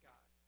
God